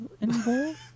involved